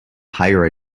higher